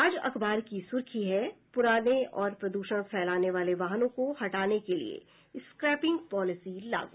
आज अखबार की सुर्खी है पुराने और प्रद्षण फैलाने वाले वाहनों को हटाने के लिए स्क्रैपिंग पॉलिसी लागू